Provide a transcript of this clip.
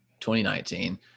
2019